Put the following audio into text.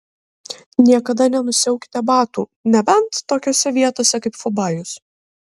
niekada nenusiaukite batų nebent tokiose vietose kaip fubajus